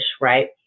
right